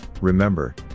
remember